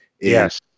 Yes